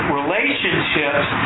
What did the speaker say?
relationships